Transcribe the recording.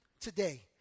Today